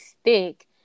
stick